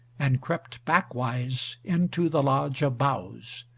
and crept backwise into the lodge of boughs.